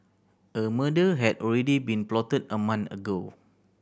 a murder had already been plotted a month ago